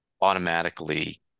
automatically